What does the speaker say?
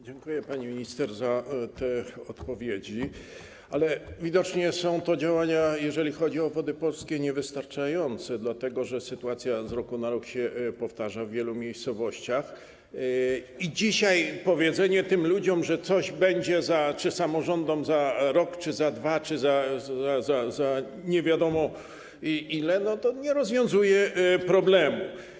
Dziękuję, pani minister, za te odpowiedzi, ale widocznie są to działania, jeżeli chodzi o Wody Polskie, niewystarczające, dlatego że sytuacja z roku na rok się powtarza w wielu miejscowościach i dzisiaj powiedzenie tym ludziom czy samorządom, że coś będzie za rok czy za dwa, czy za nie wiadomo ile, nie rozwiązuje problemu.